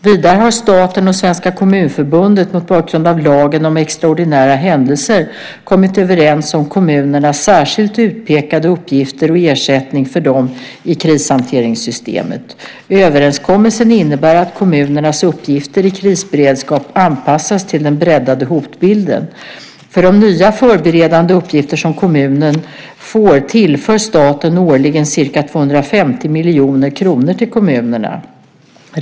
Vidare har staten och Svenska Kommunförbundet mot bakgrund av lagen om extraordinära händelser kommit överens om kommunernas särskilt utpekade uppgifter och ersättning för dem i krishanteringssystemet. Överenskommelsen innebär att kommunernas uppgifter i krisberedskap anpassas till den breddade hotbilden. För de nya förberedande uppgifter som kommunen får tillför staten årligen ca 250 miljoner kronor till kommunerna.